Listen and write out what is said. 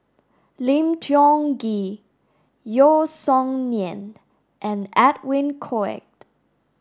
Lim Tiong Ghee Yeo Song Nian and Edwin Koek